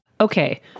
Okay